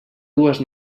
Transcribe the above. dues